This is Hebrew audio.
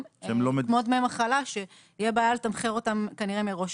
כמו דמי מחלה שכנראה תהיה בעיה לתמחר אותם מראש.